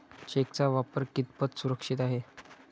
चेकचा वापर कितपत सुरक्षित आहे?